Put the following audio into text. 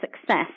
success